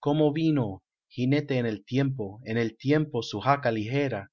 cómo vino ginete en el tiempo en el tiempo su jaca lijera